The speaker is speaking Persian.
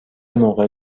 موقع